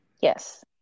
Yes